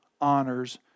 honors